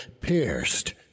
pierced